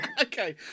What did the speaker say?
Okay